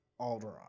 Alderaan